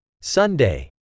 Sunday